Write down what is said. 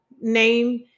name